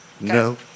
No